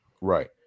Right